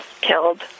killed